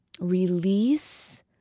release